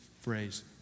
phrase